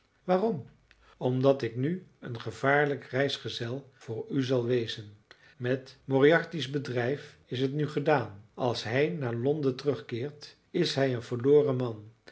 waarom omdat ik nu een gevaarlijk reisgezel voor u zal wezen met moriarty's bedrijf is het nu gedaan als hij naar londen terugkeert is hij een verloren man